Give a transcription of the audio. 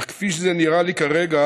אך כפי שזה נראה לי כרגע,